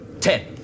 ten